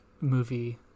movie